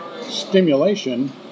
stimulation